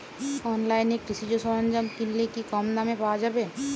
অনলাইনে কৃষিজ সরজ্ঞাম কিনলে কি কমদামে পাওয়া যাবে?